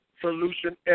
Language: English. Solution